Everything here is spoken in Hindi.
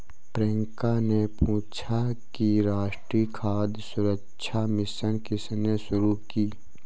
प्रियंका ने पूछा कि राष्ट्रीय खाद्य सुरक्षा मिशन किसने शुरू की?